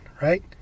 Right